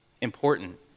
important